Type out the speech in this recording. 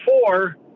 four